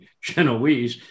Genoese